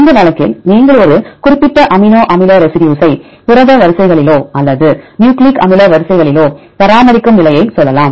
இந்த வழக்கில் நீங்கள் ஒரு குறிப்பிட்ட அமினோ அமில ரெசிடியூசை புரத வரிசைகளிலோ அல்லது நியூக்ளிக் அமில வரிசைகளிலோ பராமரிக்கும் நிலையை சொல்லலாம்